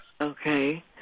Okay